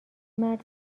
مرد